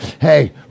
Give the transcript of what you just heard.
hey